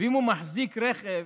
ואם הוא מחזיק רכב,